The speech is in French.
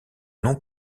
nom